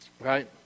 right